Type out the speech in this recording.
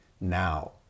now